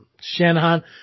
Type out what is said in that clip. Shanahan